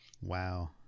Wow